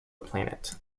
planet